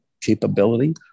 capability